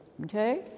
okay